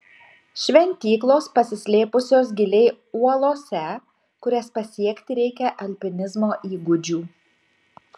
šventyklos pasislėpusios giliai uolose kurias pasiekti reikia alpinizmo įgūdžių